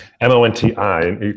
m-o-n-t-i